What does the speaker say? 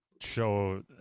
show